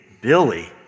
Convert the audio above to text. Billy